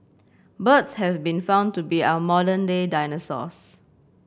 birds have been found to be our modern day dinosaurs